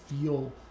feel